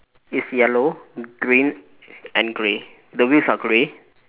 it's yellow green and grey the wheels are grey